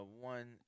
One